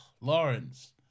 Lawrence